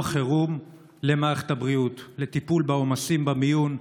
חירום למערכת הבריאות לטיפול בעומסים במיון,